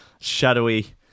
shadowy